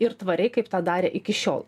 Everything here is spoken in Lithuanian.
ir tvariai kaip tą darė iki šiol